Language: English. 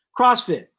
CrossFit